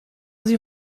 sie